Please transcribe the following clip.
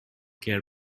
care